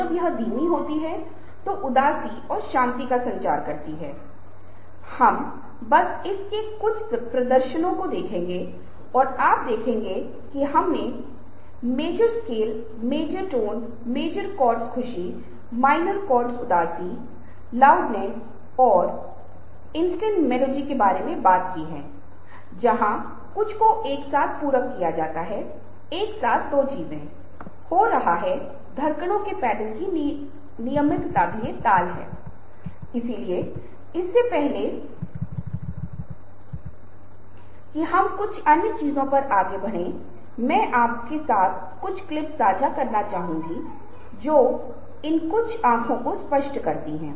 हम एक रूपरेखा विकसित करते हैं जैसे की कोई व्यक्ति बार बार आक्रामक रूप से बोल रहा है उसकी आवाज़ तेज हो सकती है या उसका विशिष्ट शब्दों पर जोर हो या वह जल्दी से अन्य लोगों को नहीं सुन रहा है ऐसे कई तरीके हैं जिससे आवाज संवाद कर सकती है फिर आप पाते हैं कि यह पैटर्न शायद 4 5 बार दोहराया जा रहा है या आप इस पैटर्न को देखते हैं जब आप इस व्यक्ति को 5 दिन10 दिन15 दिन की अवधि में जानते हैं